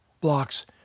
blocks